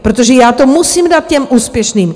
Protože já to musím dát těm úspěšným!